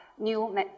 new